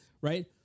Right